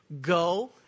go